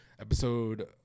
episode